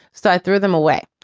so i threw them away.